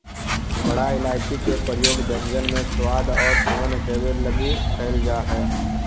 बड़ा इलायची के प्रयोग व्यंजन में स्वाद औउर सुगंध देवे लगी कैइल जा हई